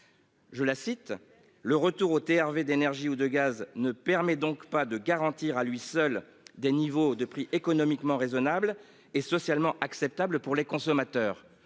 Je la cite le retour au TRV d'énergie ou de gaz ne permet donc pas de garantir à lui seul des niveaux de prix économiquement raisonnable et socialement acceptable pour les consommateurs.